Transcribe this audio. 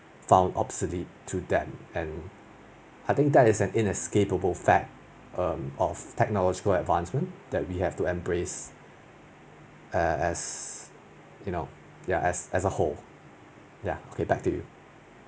found obsolete to them and I think that is inescapable fact um of technological advancement that we have to embrace uh as you know ya as as a whole ya okay back to you